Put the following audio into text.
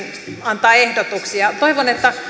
antaa ehdotuksia toivon että